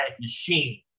machine